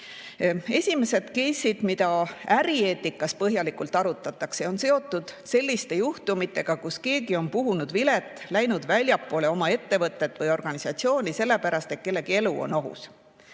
Esimesedcase'id, mida ärieetikas põhjalikult arutatakse, on seotud selliste juhtumitega, kui keegi on puhunud vilet, läinud väljapoole oma ettevõtet või organisatsiooni sellepärast, et kellegi elu on ohus.